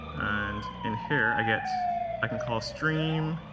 and in here i get i can call stream